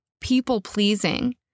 people-pleasing